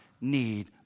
need